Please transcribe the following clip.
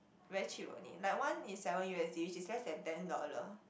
very cheap only like one is seven U_S_D which is less than ten dollar